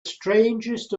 strangest